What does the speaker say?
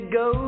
go